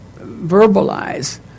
verbalize